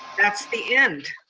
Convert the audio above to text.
that's the end.